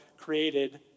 created